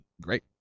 great